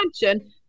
imagine